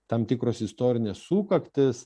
tam tikros istorinė sukaktys